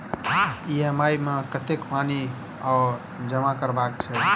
EMI मे कतेक पानि आओर जमा करबाक छैक?